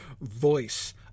voice